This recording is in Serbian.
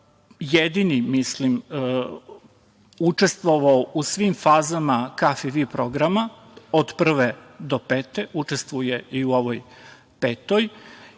jedini, mislim, učestvovao u svim fazama KfW programa od prve do pete. Učestvuje i u ovoj petoj